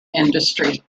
industry